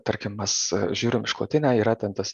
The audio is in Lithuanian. tarkim mes žiūrim išklotinę yra ten tas